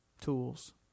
tools